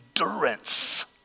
endurance